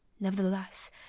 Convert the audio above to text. Nevertheless